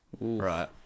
right